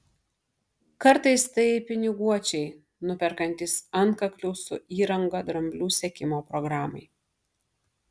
kartais tai piniguočiai nuperkantys antkaklių su įranga dramblių sekimo programai